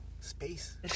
space